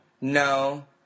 no